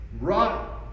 Right